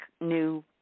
new